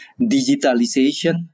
digitalization